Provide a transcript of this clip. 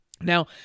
Now